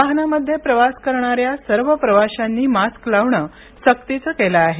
वाहनामध्ये प्रवास करणाऱ्या सर्व प्रवाशांनी मास्क लावणे सक्तीचे केलं आहे